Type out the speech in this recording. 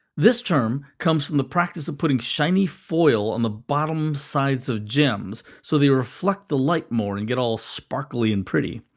this term comes from the practice of putting shiny foil on the bottom sides of gems, so they reflect the light more and get all sparkly and pretty.